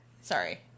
Sorry